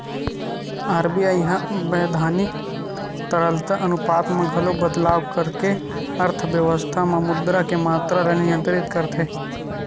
RBI ह बैधानिक तरलता अनुपात म घलो बदलाव करके अर्थबेवस्था म मुद्रा के मातरा ल नियंत्रित करथे